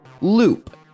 Loop